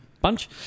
bunch